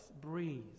Breathe